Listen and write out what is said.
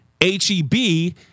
H-E-B